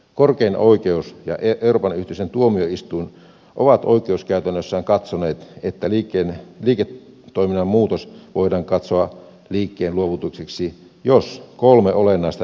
korkein oikeus ja euroopan yhteisöjen tuo mioistuin ovat oikeuskäytännössään katsoneet että liiketoiminnan muutos voidaan katsoa liikkeenluovutukseksi jos kolme olennaista edellytystä täyttyy